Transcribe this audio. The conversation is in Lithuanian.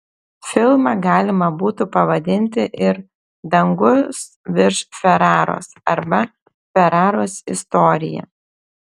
filmą galima būtų pavadinti ir dangus virš feraros arba feraros istorija